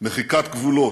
מחיקת גבולות,